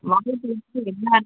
வாழைப்பழத்தில் எல்லாமே